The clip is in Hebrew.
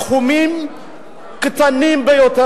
היא מציעה סכומים קטנים ביותר,